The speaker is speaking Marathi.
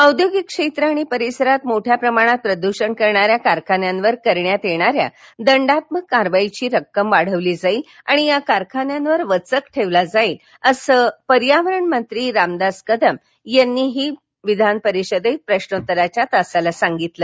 औद्योगिक क्षेत्र आणि परिसरात मोठ्या प्रमाणात प्रदूषण करणाऱ्या कारखान्यांवर करण्यात येणाऱ्या दंडात्मक कारवाईची रक्कम वाढवली जाईल आणि या कारखान्यांवर वचक ठेवला जाईल असं कालपर्यावरण मंत्री रामदास कदम यांनी विधानपरिषदेत प्रश्रोत्तराच्या तासाला सांगितल